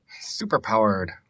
Super-powered